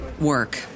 work